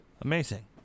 Amazing